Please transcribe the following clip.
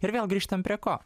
ir vėl grįžtam prie ko